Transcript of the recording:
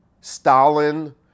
Stalin